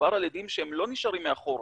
מדובר על עדים שלא נשארים מאחורה,